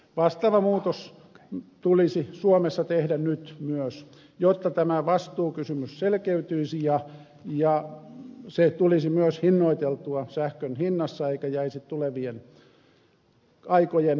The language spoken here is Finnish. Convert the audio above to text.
vastaava muutos tulisi suomessa tehdä nyt myös jotta tämä vastuukysymys selkeytyisi ja se tulisi myös hinnoiteltua sähkön hinnassa eikä jäisi tulevien aikojen ratkaisujen varaan